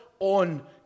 on